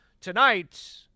Tonight